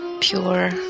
pure